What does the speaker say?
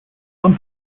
some